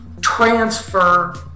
transfer